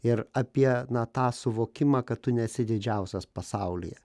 ir apie na tą suvokimą kad tu nesi didžiausias pasaulyje